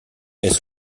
elles